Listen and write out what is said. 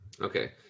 Okay